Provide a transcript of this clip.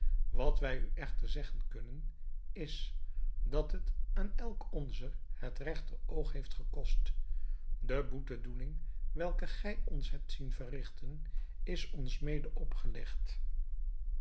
wat wij u echter zeggen kunnen is dat het aan elk onzer het regteroog heeft gekost de boetedoening welke gij ons hebt zien verrigten is ons mede opgelegd